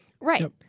Right